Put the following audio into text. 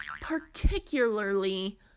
particularly